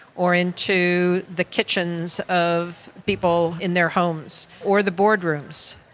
or into the kitchens of people in their homes, or the boardrooms,